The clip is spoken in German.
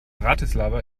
bratislava